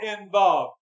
involved